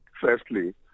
firstly